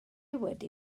wedi